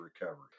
recovery